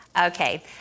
okay